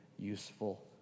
useful